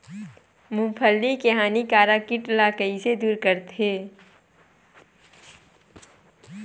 मूंगफली के हानिकारक कीट ला कइसे दूर करथे?